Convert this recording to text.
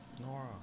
Nora